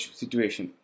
situation